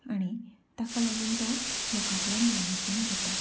आनी ताका लागून तो लोकां कडल्यान डोनेशन घेता